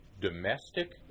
domestic